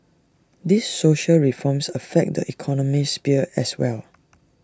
the dwarf crafted A sharp sword and A tough shield for the knight